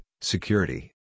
security